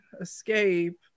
Escape